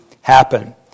happen